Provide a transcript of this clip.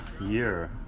year